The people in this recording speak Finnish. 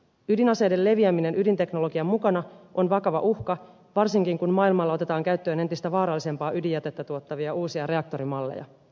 ydinaseiden leviäminen ydinteknologian mukana on vakava uhka varsinkin kun maailmalla otetaan käyttöön entistä vaarallisempaa ydinjätettä tuottavia uusia reaktorimalleja